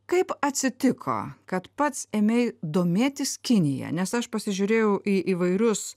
kaip atsitiko kad pats ėmei domėtis kinija nes aš pasižiūrėjau į įvairius